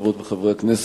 חברות וחברי הכנסת,